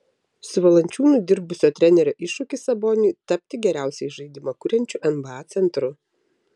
su valančiūnu dirbusio trenerio iššūkis saboniui tapti geriausiai žaidimą kuriančiu nba centru